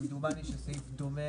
כמדומני שסעיף דומה,